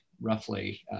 roughly